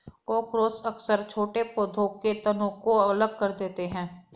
cockroach अक्सर छोटे पौधों के तनों को अलग कर देते हैं